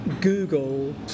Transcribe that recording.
Google